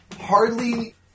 hardly